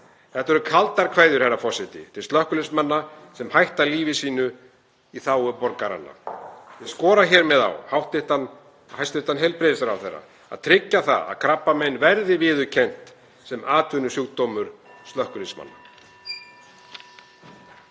Þetta eru kaldar kveðjur, herra forseti, til slökkviliðsmanna sem hætta lífi sínu í þágu borgaranna. Ég skora hér með á hæstv. heilbrigðisráðherra að tryggja að krabbamein verði viðurkennt sem atvinnusjúkdómur slökkviliðsmanna.